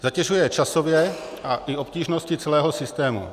Zatěžuje je časově a i obtížností celého systému.